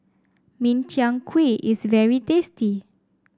Min Chiang Kueh is very tasty